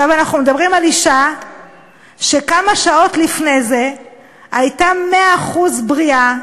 אנחנו מדברים על אישה שכמה שעות לפני זה הייתה 100% בריאה,